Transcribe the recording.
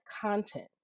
content